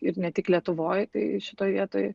ir ne tik lietuvoj tai šitoj vietoj